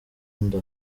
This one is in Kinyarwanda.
nda